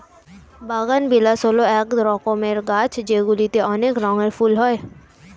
বাগানবিলাস হল এক রকমের গাছ যেগুলিতে অনেক রঙের ফুল হয়